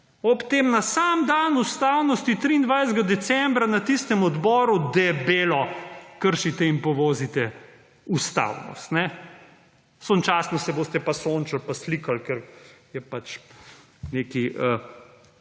Ob tem na sam dan ustavnosti 23. decembra, na tistem odboru, debelo kršite in povozite ustavnost. Sočasno se boste pa sončil, pa slikal, ker je nekaj